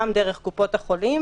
גם דרך קופות החולים,